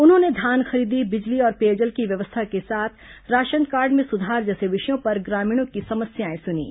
उन्होंने धान खरीदी बिजली और पेयजल की व्यवस्था के साथ राशनकार्ड में सुधार जैसे विषयों पर ग्रामीणों की समस्याएं सुनीं